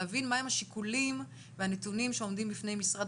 להבין מה הם השיקולים והנתונים שעומדים בפני משרד